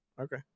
Okay